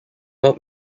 not